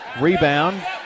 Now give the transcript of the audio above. Rebound